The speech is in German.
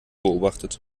beobachtet